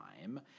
time